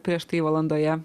prieš tai valandoje